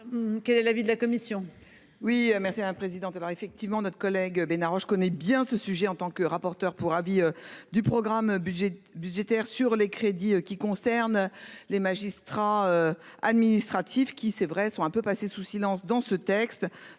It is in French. Quel est l'avis de la commission.